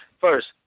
first